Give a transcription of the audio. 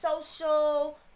Social